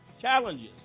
challenges